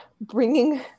bringing